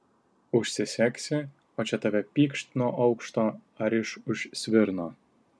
užsisegsi o čia tave pykšt nuo aukšto ar iš už svirno